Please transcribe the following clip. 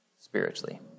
spiritually